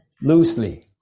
loosely